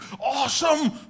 awesome